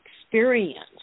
experience